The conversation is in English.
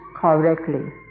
correctly